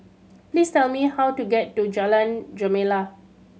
please tell me how to get to Jalan Gemala